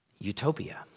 Utopia